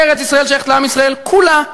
ארץ-ישראל לעם ישראל, כולה,